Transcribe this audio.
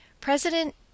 President